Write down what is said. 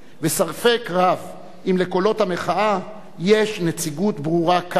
ספק רב אם לקולות המחאה יש נציגות ברורה כאן,